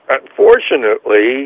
unfortunately